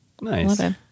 Nice